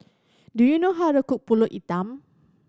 do you know how to cook Pulut Hitam